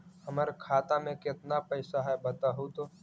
हमर खाता में केतना पैसा है बतहू तो?